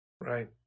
Right